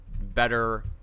better